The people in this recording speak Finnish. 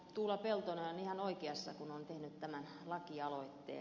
tuula peltonen on ihan oikeassa kun on tehnyt tämän lakialoitteen